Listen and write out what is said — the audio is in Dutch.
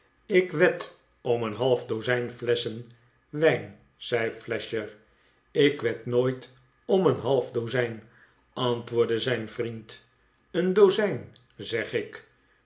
ik wed om een half dozijn flesschen wijn zei flasher ik wed nooit om een half dozijn antwoordde zijn vriend een dozijn zeg ik